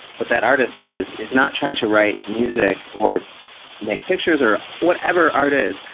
but that artist is is not trying to write music or make pictures or whatever art is.